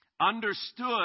understood